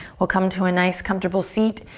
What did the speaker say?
we'll come to a nice comfortable seat.